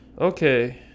okay